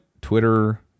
twitter